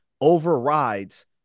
overrides